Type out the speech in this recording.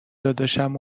داداشم